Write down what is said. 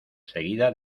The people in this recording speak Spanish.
seguida